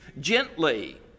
gently